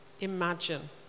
imagine